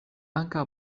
ankaŭ